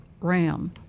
Ram